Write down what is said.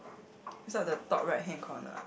it's not the top right hand corner ah